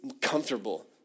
comfortable